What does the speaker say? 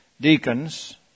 Deacons